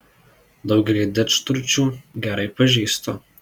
daugelį didžturčių gerai pažįstu